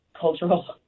cultural